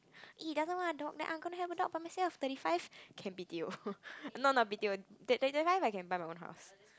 he doesn't want a dog then I'm gonna have a dog for myself thirty five can be deal not not a big deal thirty five I can buy my own house